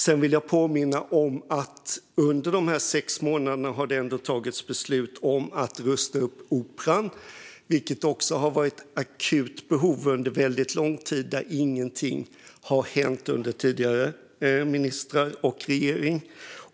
Jag vill också påminna om att det under dessa sex månader har tagits beslut om att rusta upp Operan. Det har varit ett akut behov under väldigt lång tid, men ingenting har hänt under tidigare ministrar och regering.